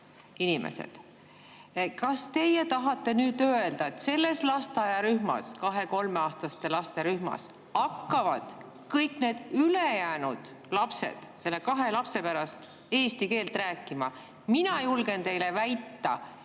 inimesed. Kas teie tahate nüüd öelda, et selles lasteaiarühmas, kahe-kolmeaastaste laste rühmas hakkavad kõik need ülejäänud lapsed nende kahe lapse pärast eesti keelt rääkima? Mina julgen teile väita,